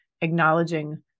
acknowledging